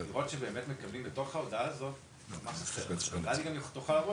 למרות שכן מקבלים בתוך ההודעה הזאת מה חסר ואז היא גם תוכל לבוא,